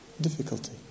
Difficulty